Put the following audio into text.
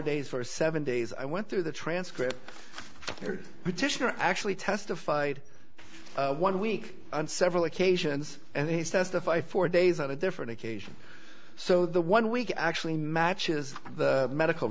days for seven days i went through the transcript petitioner actually testified one week on several occasions and he says the five four days on a different occasion so the one week actually matches the medical